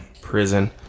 prison